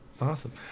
Awesome